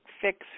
fix